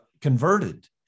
converted